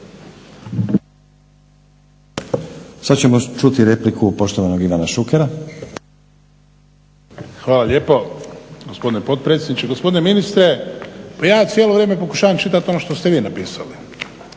Sad ćemo čuti repliku poštovanog Ivana Šukera. **Šuker, Ivan (HDZ)** Hvala lijepo gospodine potpredsjedniče. Gospodine ministre pa ja cijelo vrijeme pokušavam čitati ono što ste vi napisali.